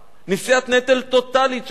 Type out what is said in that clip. נשיאת נטל טוטלית של האוצר.